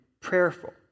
prayerful